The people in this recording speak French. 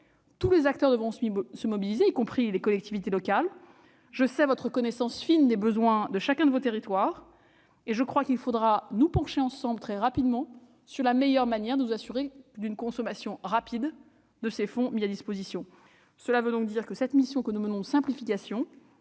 Tous les acteurs devront se mobiliser, y compris les collectivités locales. Je sais votre connaissance fine des besoins de chacun de vos territoires. Il faudra nous pencher ensemble très rapidement sur la meilleure manière de nous assurer d'une consommation rapide des fonds mis à disposition. L'intérêt stratégique de la mission de simplification